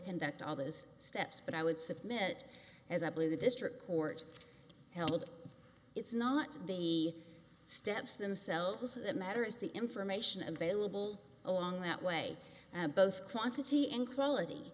conduct all those steps but i would submit as i believe the district court held it's not the steps themselves that matter is the information available along that way both quantity and quality